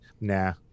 nah